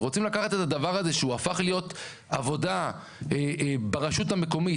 רוצים לקחת את הדבר הזה שהוא הפך להיות עבודה ברשות המקומית,